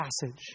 passage